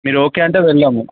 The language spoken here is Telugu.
మీరు ఓకే అంటే వెల్దాము